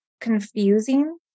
confusing